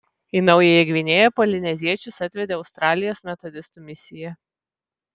į naująją gvinėją polineziečius atvedė australijos metodistų misija